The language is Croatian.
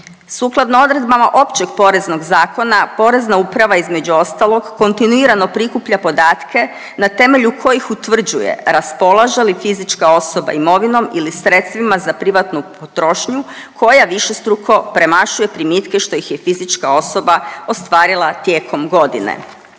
Sukladno odredbama Općeg poreznog zakona Porezna uprava između ostalog kontinuirano prikuplja podatke na temelju kojih utvrđuje raspolaže li fizička osoba imovinom ili sredstvima za privatnu potrošnju koja višestruko premašuje primitke što ih je fizička osoba ostvarila tijekom godine.